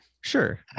Sure